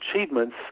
achievements